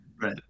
Right